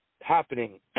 happening